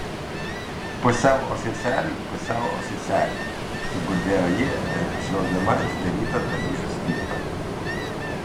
pusiau oficialiai pusiau oficialiai suburbėjo ji apžvelgdama atidarytą drabužių spintą